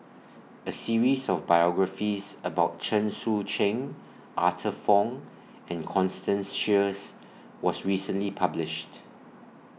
A series of biographies about Chen Sucheng Arthur Fong and Constance Sheares was recently published